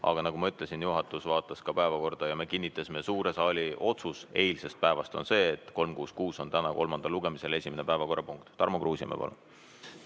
aga nagu ma ütlesin, juhatus vaatas ka päevakorda ja me kinnitasime selle. Suure saali otsus eilsest päevast on see, et 366 on täna kolmandal lugemisel esimese päevakorrapunktina. Tarmo Kruusimäe, palun!